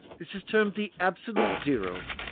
this is termed the absolute zero,